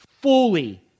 fully